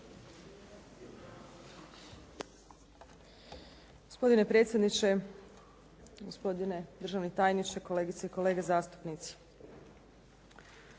Gospodine predsjedniče, gospodine državni tajniče, kolegice i kolege zastupnici.